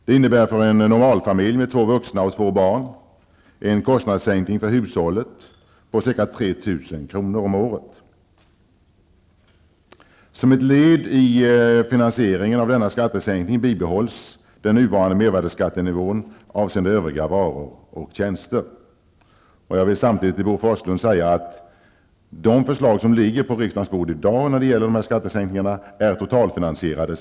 Det innebär för en normalfamilj med två vuxna och två barn en kostnadssänkning för hushållet på ca Som ett led i finansieringen av denna skattesänkning bibehålls den nuvarande mervärdeskattenivån avseende övriga varor och tjänster. Jag vill samtidigt till Bo Forslund säga att förslagen som i dag ligger på riksdagens bord när det gäller de här skattesänkningarna är totalfinansierade.